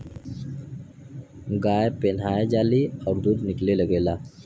गाय पेनाहय जाली अउर दूध निकले लगेला